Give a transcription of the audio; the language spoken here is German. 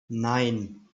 nein